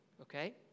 okay